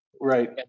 Right